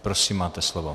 Prosím, máte slovo.